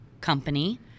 company